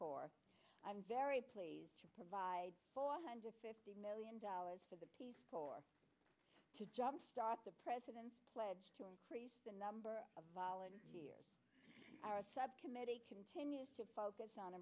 corps i'm very pleased to provide four hundred fifty million dollars to the peace corps to jumpstart the present pledge to increase the number of volunteers a subcommittee continues to focus on